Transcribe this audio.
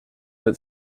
that